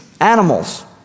animals